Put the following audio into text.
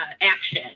action